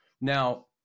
Now